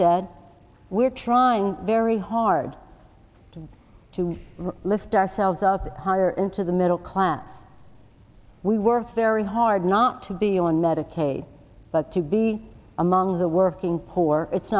said we're trying very hard to to lift ourselves up higher into the middle class we work very hard not to be on medicaid but to be among the working poor it's